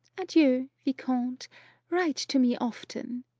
adieu, viscount! write to me often.